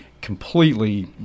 completely